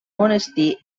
monestir